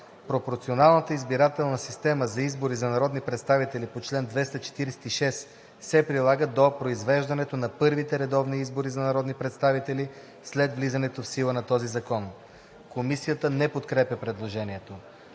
Пропорционалната изборна система за избори за народни представители по чл. 246 се прилага до произвеждането на първите редовни избори за народни представители след влизането в сила на този закон.“ Комисията не подкрепя предложението.